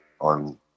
On